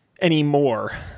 anymore